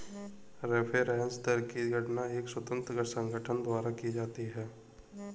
reference दर की गणना एक स्वतंत्र संगठन द्वारा की जाती है